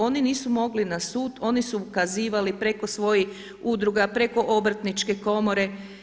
Oni nisu mogli na sud, oni su ukazivali preko svojih udruga, preko Obrtničke komore.